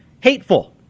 hateful